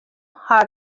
haw